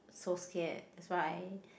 so scared that's why